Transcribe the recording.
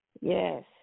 Yes